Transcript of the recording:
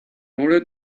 order